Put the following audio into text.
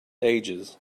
ages